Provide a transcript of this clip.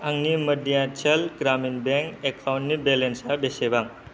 आंनि मध्याचल ग्रामिन बेंक एकाउन्टनि बेलेन्सा बेसेबां